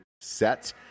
set